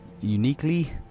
uniquely